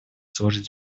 служить